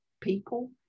people